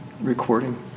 recording